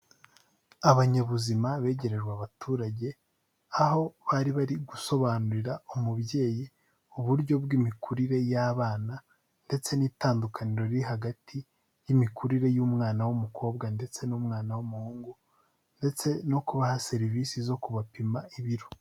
Abanyabuzima begerejwe abaturage aho bari bari gusobanurira umubyeyi uburyo bw'imikurire y'abana ndetse n'itandukaniro riri hagati y'imikurire y'umwana w'umukobwa ndetse n'umwana w'umuhungu ndetse no kubaha serivisi zo kubapima ibiro.